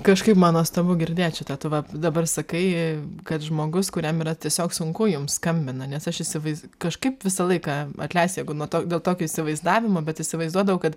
kažkaip man nuostabu girdėt šitą tu va dabar sakai kad žmogus kuriam yra tiesiog sunku jums skambina nes aš įsivaiz kažkaip visą laiką atleisk jeigu nuo to dėl tokio įsivaizdavimo bet įsivaizduodavau kad